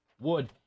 Wood